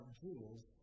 jewels